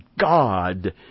God